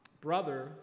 brother